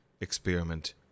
experiment